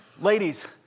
Ladies